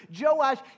Joash